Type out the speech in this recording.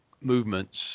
movements